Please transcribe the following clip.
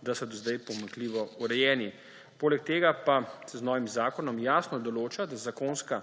da so do zdaj pomanjkljivo urejena. Poleg tega pa se z novim zakonom jasno določa, da zakonska